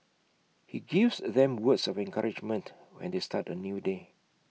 he gives them words of encouragement when they start A new day